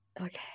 Okay